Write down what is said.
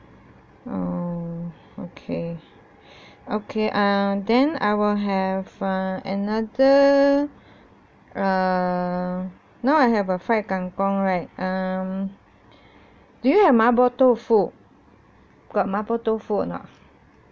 oh okay okay uh then I will have uh another err now I have a fried kang kong right um do you have mapo tofu got mapo tofu or not